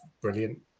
brilliant